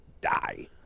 die